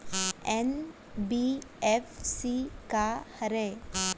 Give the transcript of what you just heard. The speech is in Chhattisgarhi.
एन.बी.एफ.सी का हरे?